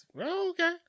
Okay